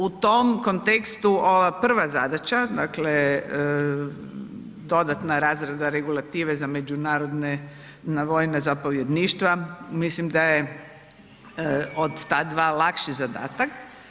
U tom kontekstu, ova prva zadaća, dakle, dodatna razrada regulative za međunarodna vojna zapovjedništva, mislim da je od ta dva lakši zadatak.